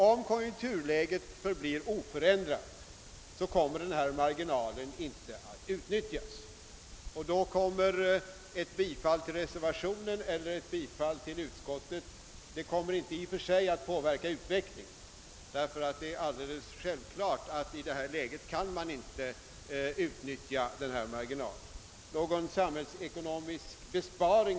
Om konjunkturläget förblir oförändrat, så kommer denna marginal inte att utnyttjas, och då kommer inte heller ett bifall till vare sig utskottets hemställan eller till reservationen att i och för sig påverka utvecklingen. Reservationen innebär därför inte någon samhällsekonomisk besparing.